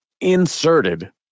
inserted